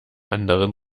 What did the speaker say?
anderen